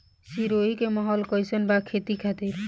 सिरोही के माहौल कईसन बा खेती खातिर?